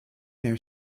their